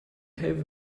have